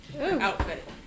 outfit